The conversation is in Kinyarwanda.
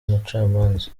mucamanza